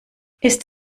ist